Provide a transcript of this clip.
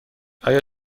آیا